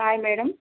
hi madam